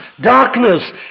darkness